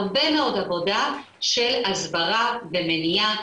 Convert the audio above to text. הרבה מאוד עבודה של הסברה במניעה,